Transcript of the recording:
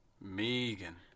Megan